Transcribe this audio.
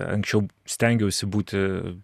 anksčiau stengiausi būti